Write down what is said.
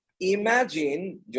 imagine